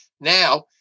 Now